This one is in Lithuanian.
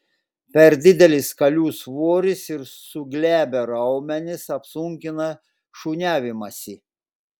per didelis kalių svoris ir suglebę raumenys apsunkina šuniavimąsi